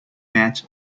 match